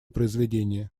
произведения